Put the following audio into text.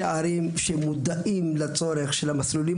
ראשי ערים שמודעים לצורך של המסלולים